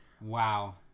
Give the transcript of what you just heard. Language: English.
wow